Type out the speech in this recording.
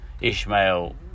Ishmael